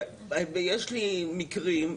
ויש לי מקרים,